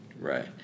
Right